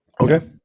Okay